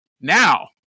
Now